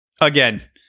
again